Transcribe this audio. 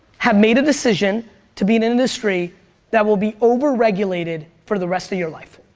have made a decision to be an industry that will be over regulated for the rest of your life.